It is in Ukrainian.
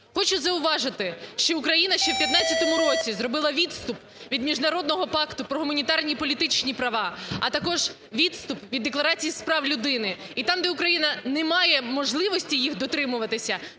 Хочу зауважити, що Україна ще у 2915 році зробила відступ від міжнародного пакту про гуманітарні і політичні права, а також відступ від декларації з прав людини. І там, де Україна не має можливості їх дотримуватися,